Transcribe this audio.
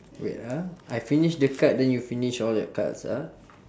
wait ah I finish the card then you finish all your cards ah